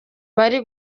bari